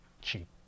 cheap